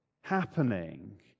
happening